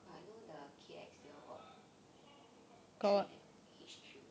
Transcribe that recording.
but I know the K_X they all got train at H_Q